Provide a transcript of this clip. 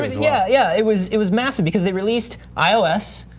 yeah yeah, it was it was massive because they released ios,